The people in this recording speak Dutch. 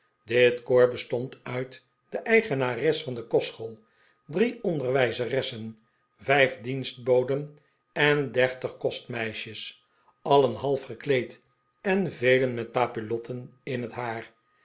bestond uit de eigenares van de kostschool drie onderwijzeressen vijf dienstboden en dertig kostmeisjes alien half gekleed en velen met papillotten in het haar